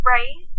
Right